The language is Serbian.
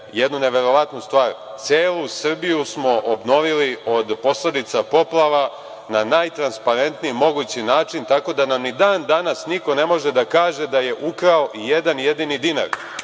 jednu neverovatnu stvar, celu Srbiju smo obnovili od posledica poplava na najtransparentniji mogući način, tako da nam ni dan danas niko ne može da kaže da je ukrao i jedan jedini dinar,